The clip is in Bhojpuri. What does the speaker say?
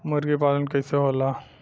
मुर्गी पालन कैसे होला?